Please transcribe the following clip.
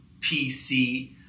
PC